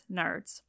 nerds